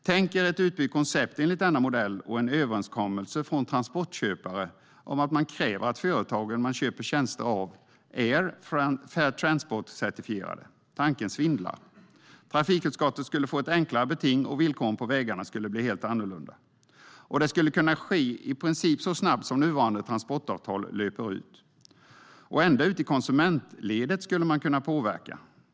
Tänk er ett utbyggt koncept enligt denna modell och en överenskommelse från transportköpare om att de kräver att företagen som de köper tjänster av är Fair Transport-certifierade. Tanken svindlar. Trafikutskottet skulle få ett enklare beting, och villkoren på vägarna skulle bli helt annorlunda. Det skulle i princip kunna ske så snabbt som när nuvarande transportavtal löper ut. Ända ut i konsumentledet skulle man kunna påverka.